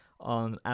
on